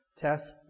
test